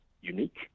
unique